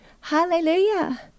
Hallelujah